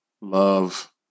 love